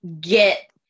get